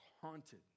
haunted